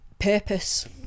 purpose